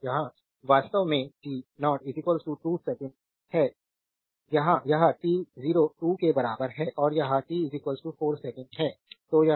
तो यहाँ वास्तव में t0 2 सेकंड है यहाँ यह t0 2 के बराबर है और यह t 4 सेकंड है